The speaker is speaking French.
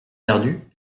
perdu